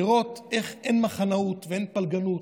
לראות איך אין מחנאות ואין פלגנות,